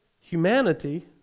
humanity